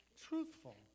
truthful